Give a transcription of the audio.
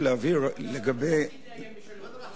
להבהיר לגבי, להפסיק לאיים בשלום.